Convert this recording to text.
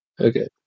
Okay